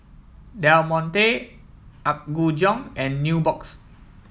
Del Monte Apgujeong and Nubox